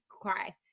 cry